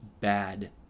bad